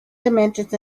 dimensions